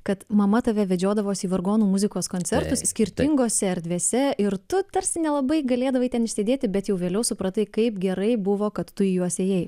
kad mama tave vedžiodavosi į vargonų muzikos koncertus skirtingose erdvėse ir tu tarsi nelabai galėdavai ten išsėdėti bet jau vėliau supratai kaip gerai buvo kad tu į juos ėjai